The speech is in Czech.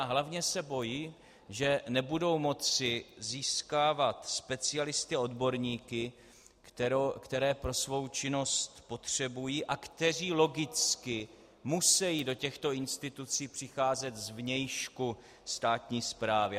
A hlavně se bojí, že nebudou moci získávat specialisty a odborníky, které pro svou činnost potřebují a kteří logicky musejí do těchto institucí přicházet zvnějšku státní správy.